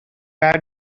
add